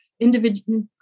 individual